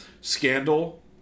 Scandal